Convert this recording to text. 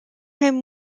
him